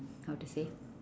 how to say